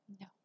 No